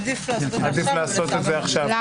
עדיף לעשות את זה עכשיו, אבל אפשר גם יותר מאוחר.